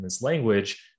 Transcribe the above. language